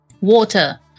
Water